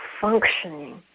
functioning